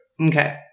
Okay